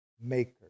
Maker